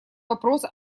вопрос